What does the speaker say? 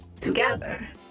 together